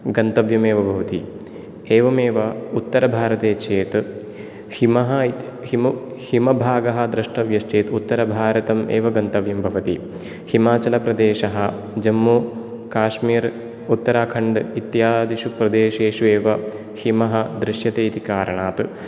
गन्तव्यमे भवति एवमेव उत्तर भारते चेत् हिमः हिम हिमभागः द्रष्टव्यश्चेत् उत्तर भारतम् एव गन्तव्यं भवति हिमाचल प्रदेशः जम्मू काश्मीर उत्तराखण्ड इत्यादिषु प्रदेशेषु एव हिमः दृश्यते इति कारणात्